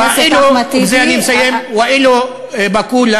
בזה אני מסיים: (אומר בערבית: אני אומר לו,